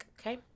okay